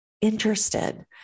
interested